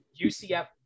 UCF